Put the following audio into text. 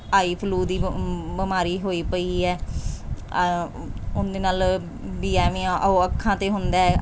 ਆਈ flu ਦੀ ਬਿ ਬਿਮਾਰੀ ਹੋਈ ਪਈ ਹੈ ਉਹਦੇ ਨਾਲ ਵੀ ਐਵੇਂ ਆ ਉਹ ਅੱਖਾਂ 'ਤੇ ਹੁੰਦਾ